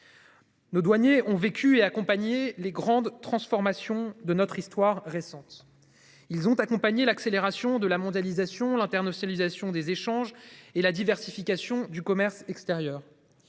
Le douaniers ont vécu et accompagner les grandes transformations de notre histoire récente. Ils ont accompagné l'accélération de la mondialisation, l'internationalisation des échanges et la diversification du commerce extérieur.